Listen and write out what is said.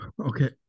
okay